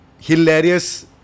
Hilarious